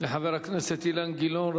תודה לחבר הכנסת אילן גילאון.